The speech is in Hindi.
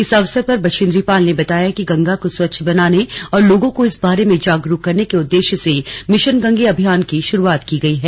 इस अवसर पर बछेंद्री पाल ने बताया कि गंगा को स्वच्छ बनाने और लोगों को इस बारे में जागरूक करने के उद्देश्य से मिशन गंगे अभियान की शुरुआत की गई है